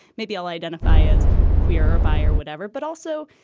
maybe i'll identify as queer or bi or whatever. but also,